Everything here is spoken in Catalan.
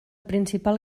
principal